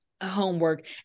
homework